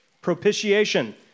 propitiation